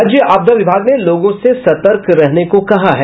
राज्य आपदा विभाग ने लोगों से सतर्क रहने को कहा है